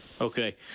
Okay